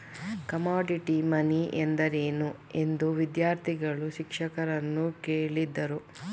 Commodity money ಎಂದರೇನು? ಎಂದು ವಿದ್ಯಾರ್ಥಿಗಳು ಶಿಕ್ಷಕರನ್ನು ಕೇಳಿದರು